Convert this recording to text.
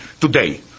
today